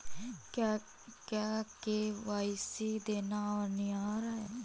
क्या के.वाई.सी देना अनिवार्य है?